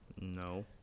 no